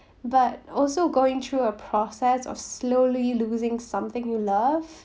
but also going through a process of slowly losing something you love